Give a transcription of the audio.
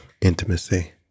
intimacy